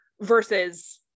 versus